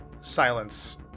silence